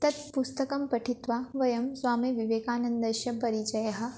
तत् पुस्तकं पठित्वा वयं स्वामीविवेकानन्दस्य परिचयः